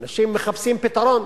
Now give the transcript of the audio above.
אנשים מחפשים פתרון.